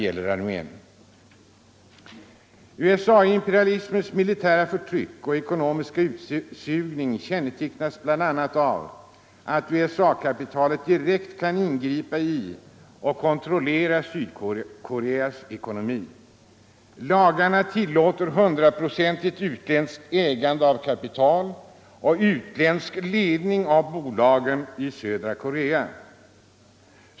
USA imperialismens militära förtryck och ekonomiska utsugning kännetecknas bl.a. av att USA-kapitalet direkt kan ingripa i och kontrollera Sydkoreas ekonomi. Lagarna tillåter hundraprocentigt utländskt ägande av kapital och utländsk ledning av bolag i södra Korea.